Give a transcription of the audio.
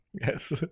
Yes